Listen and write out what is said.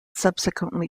subsequently